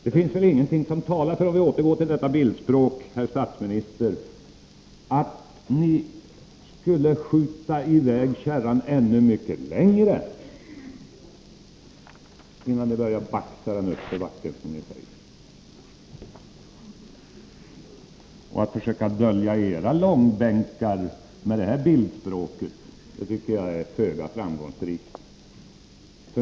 Ingenting talar för, herr statsminister — om jag får fortsätta att använda detta bildspråk — att ni inte kommer att skjuta i väg kärran ännu mycket längre, innan ni börjar baxa den uppför backen, som ni säger. Ni försöker dölja era långbänkar med det här bildspråket, men det tror jag är föga framgångsrikt.